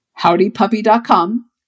Howdypuppy.com